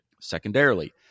Secondarily